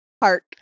Park